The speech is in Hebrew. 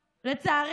לצערי,